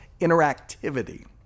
interactivity